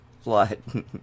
flood